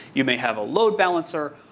you may have a load balancer.